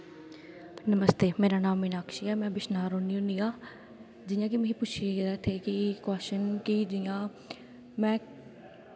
नमस्ते मेरा नाम मिनाक्षी ऐ में बश्नाह् रौह्न्नी होन्नी आं जियां कि मिगी पुच्छेआ गेदा इत्थें कि कव्शन कि जियां में